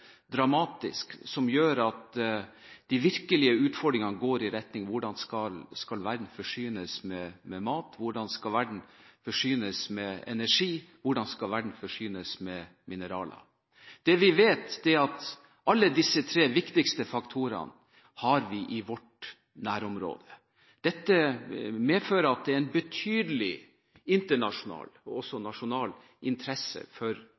dramatisk, og som gjør at de virkelige utfordringene går i retning: Hvordan skal verden forsynes med mat? Hvordan skal verden forsynes med energi? Hvordan skal verden forsynes med mineraler? Det vi vet, er at alle disse tre viktigste faktorene har vi i vårt nærområde. Dette medfører at det er en betydelig internasjonal og også nasjonal interesse for